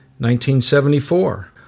1974